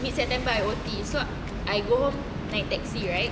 mid september I O_T so I go home naik taxi right